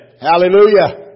Hallelujah